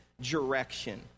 direction